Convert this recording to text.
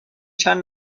چند